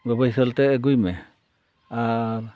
ᱵᱟᱵᱳᱭᱥᱳᱛᱮ ᱟᱹᱜᱩᱭ ᱢᱮ ᱟᱨ